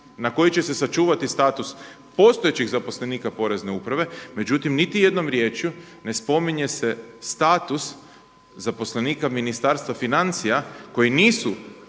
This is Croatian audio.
na koji će se sačuvati status postojećih zaposlenika porezne uprave, međutim, niti jednom riječju ne spominje se status zaposlenika Ministarstva financija koji nisu